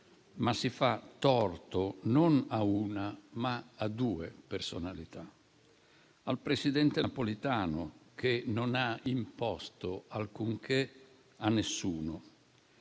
fa anche torto non a una, ma a due personalità. Si fa torto al presidente Napolitano, che non ha imposto alcunché a nessuno